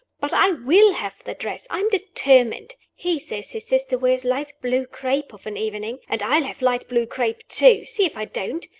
but i will have the dress, i'm determined. he says his sister wears light blue crape of an evening and i'll have light blue crape, too see if i don't!